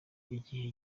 y’igihe